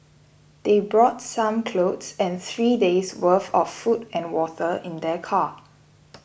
they brought some clothes and three days worth of food and water in their car